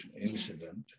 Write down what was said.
incident